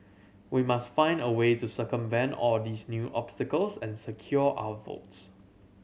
we must find a way to circumvent all these new obstacles and secure our votes